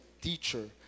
teacher